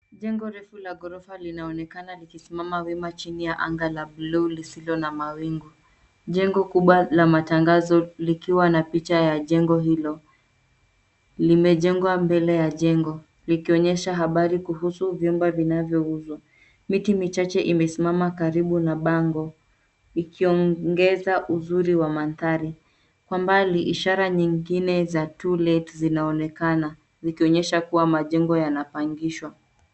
Jengo refu la ghorofa linaonekana likisimama wima chini ya anga la bluu lisilo na mawingu. Jengo kubwa la matangazo likiwa na picha ya jengo hilo, limejengwa mbele ya jengo, likionyesha habari kuhusu vyumba vinavyouzwa. Miti michache imesimama karibu na bango, ikiongeza uzuri wa mandhari. Kwa mbali, ishara nyingine za To Let , zinaonekana, zikionyesha kuwa majengo yanapangishwa.